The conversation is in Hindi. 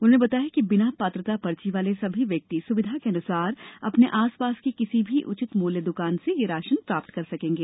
उन्होंने बताया कि बिना पात्रता पर्ची वाले सभी व्यक्ति सुविधानुसार अपने आस पास की किसी भी उचित मूल्य दुकान से यह राशन प्राप्त कर सकेंगे